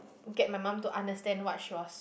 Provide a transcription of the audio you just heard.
get my mum to understand what she was